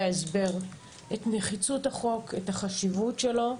ההסבר את נחיצות החוק ואת החשיבות שלו.